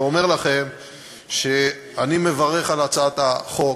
ואומר לכם שאני מברך על הצעת החוק,